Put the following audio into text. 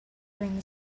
bring